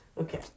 Okay